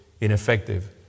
ineffective